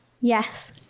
Yes